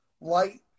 light